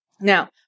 Now